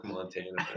Montana